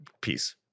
peace